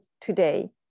today